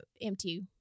empty